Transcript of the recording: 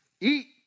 Eat